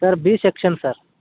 sir B section sir